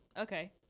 okay